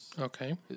Okay